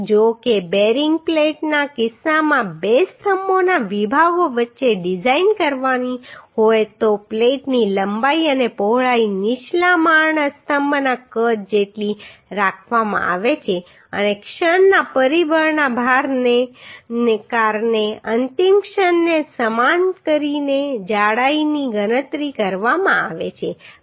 જો કે બેરિંગ પ્લેટના કિસ્સામાં બે સ્તંભોના વિભાગો વચ્ચે ડિઝાઇન કરવાની હોય તો પ્લેટની લંબાઈ અને પહોળાઈ નીચલા માળના સ્તંભના કદ જેટલી રાખવામાં આવે છે અને ક્ષણના પરિબળના ભારણને કારણે અંતિમ ક્ષણને સમાન કરીને જાડાઈની ગણતરી કરવામાં આવે છે